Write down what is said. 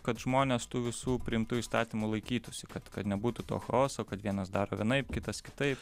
kad žmonės tų visų priimtų įstatymų laikytųsi kad kad nebūtų to chaoso kad vienas daro vienaip kitas kitaip